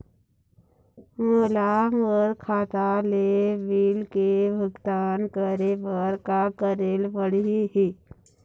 मोला मोर खाता ले बिल के भुगतान करे बर का करेले पड़ही ही?